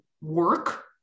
work